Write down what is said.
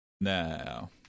now